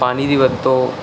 ਪਾਣੀ ਦੀ ਵਰਤੋਂ